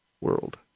world